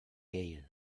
gale